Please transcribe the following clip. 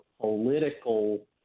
political